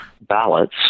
ballots